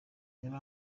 yari